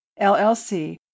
LLC